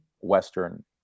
Western